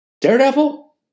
Daredevil